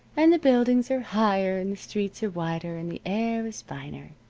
and the buildings are higher, and the streets are wider, and the air is finer,